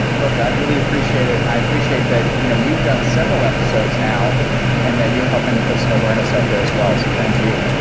look, i really appreciate it, and i appreciate that you know you've done several episodes now and that you're helping to put some awareness out there as well. so, thank you